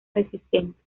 resistente